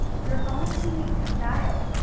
your own unique style,